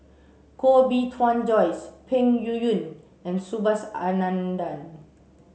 Koh Bee Tuan Joyce Peng Yuyun and Subhas Anandan